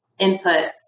inputs